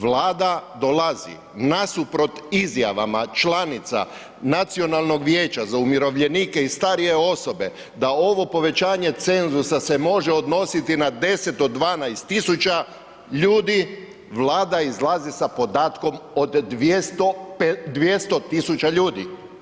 Vlada dolazi nasuprot izjavama članica Nacionalnog vijeća za umirovljenike i starije osobe da ovo povećanje cenzusa se može odnositi na 10 do 12 000 ljudi, Vlada izlazi sa podatkom od 200 000 ljudi.